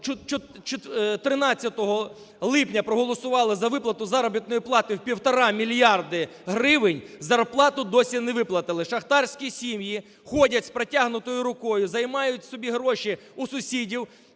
13 липня проголосували за виплату заробітної плати в 1,5 мільярда гривень, зарплату досі не виплатили. Шахтарські сім'ї ходять з протягнутою рукою, займають собі гроші у сусідів.